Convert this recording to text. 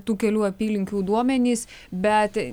tų kelių apylinkių duomenys bet